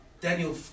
Daniel